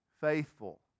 faithful